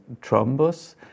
thrombus